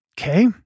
Okay